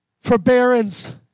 forbearance